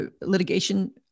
litigation